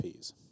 Ps